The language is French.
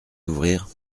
d’ouvrir